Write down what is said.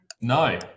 No